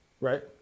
right